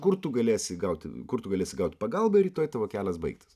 kur tu galėsi gauti kur tu galėsi gauti pagalbą ir rytoj tavo kelias baigtas